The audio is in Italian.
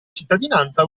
cittadinanza